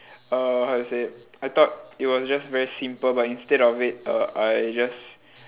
err how to say it I thought it was just very simple but instead of it err I just